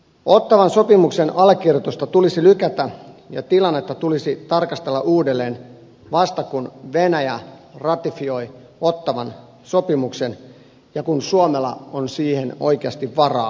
ottawan sopimuksen allekirjoitusta tulisi lykätä ja tilannetta tulisi tarkastella uudelleen vasta kun venäjä ratifioi ottawan sopimuksen ja kun suomella on siihen oikeasti varaa myös ta loudellisesti